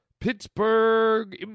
Pittsburgh